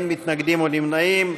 אין מתנגדים ואין נמנעים.